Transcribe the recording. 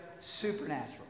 supernatural